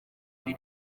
muri